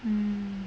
mm